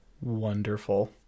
Wonderful